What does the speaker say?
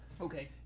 Okay